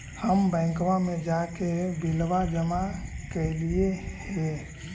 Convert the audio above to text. हम बैंकवा मे जाके बिलवा जमा कैलिऐ हे?